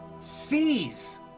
sees